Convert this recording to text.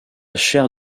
chair